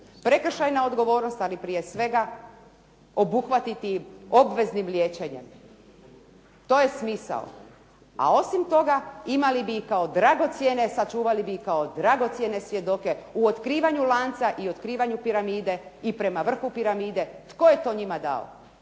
prekršajna odgovornost ali prije svega obuhvatiti obveznim liječenjem. To je smisao. A osim toga, imali bi ih kao dragocjene, sačuvali bi ih kao dragocjene svjedoke u otkrivanju lanca i otkrivanju piramide i prema vrhu piramide tko je to njima dao,